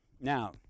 Now